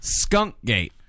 skunkgate